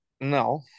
No